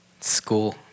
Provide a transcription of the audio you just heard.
school